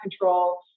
control